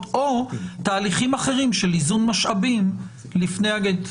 או תהליכים אחרים של איזון משאבים לפני הגט.